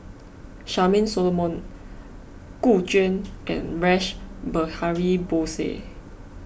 Charmaine Solomon Gu Juan and Rash Behari Bose